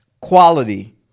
quality